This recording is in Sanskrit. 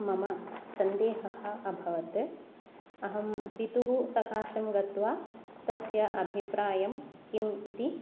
मम सन्देहः अभवत् अहं पितुः सकाशं गत्वा तस्य अभिप्रायं किम् इति